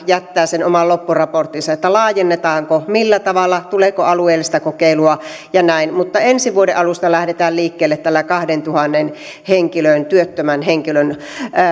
jättää sen oman loppuraporttinsa eli että laajennetaanko millä tavalla tuleeko alueellista kokeilua ja näin mutta ensi vuoden alusta lähdetään liikkeelle tällä kahdentuhannen työttömän henkilön